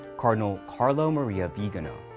cardinal carlo maria vigano.